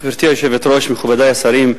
גברתי היושבת-ראש, מכובדי השרים,